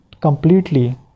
completely